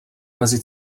mezi